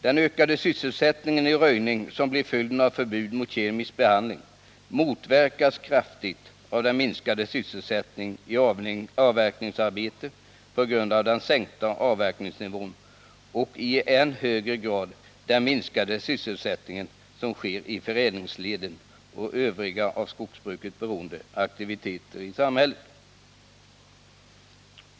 Den ökade sysselsättning i röjning som blir följden av förbud mot kemisk behandling motverkas kraftigt av den minskade sysselsättning i avverkningsarbete på grund av den sänkta avverkningsnivån och i än högre grad av den minskade sysselsättning som sker i förädlingsleden och övriga av skogsbruket beroende aktiviteter i samhället.